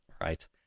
Right